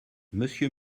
monsieur